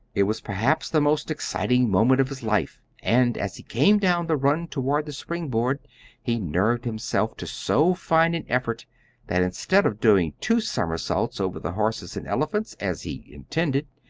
it was perhaps the most exciting moment of his life, and as he came down the run toward the spring-board he nerved himself to so fine an effort that instead of doing two somersaults over the horses and elephants, as he intended,